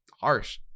harsh